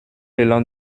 élan